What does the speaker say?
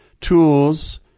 tools